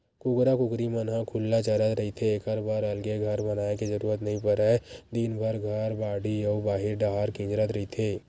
कुकरा कुकरी मन ह खुल्ला चरत रहिथे एखर बर अलगे घर बनाए के जरूरत नइ परय दिनभर घर, बाड़ी अउ बाहिर डाहर किंजरत रहिथे